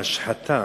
ההשחתה,